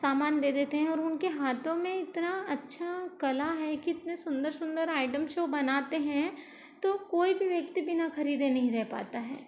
सामान दे देते हैं और उनके हाथों में इतना अच्छा कला है कि कितने सुंदर सुंदर आइटम वो बनाते हैं तो कोई भी व्यक्ति बिना खरीदे नहीं रह पाता है